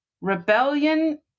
Rebellion